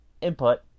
input